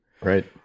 right